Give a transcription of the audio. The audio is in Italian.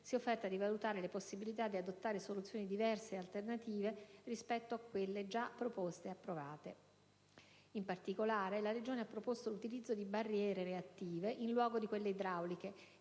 è offerta di valutare la possibilità di adottare soluzioni diverse e alternative rispetto a quelle già proposte ed approvate. In particolare, la Regione ha proposto l'utilizzo di barriere reattive in luogo di quelle idrauliche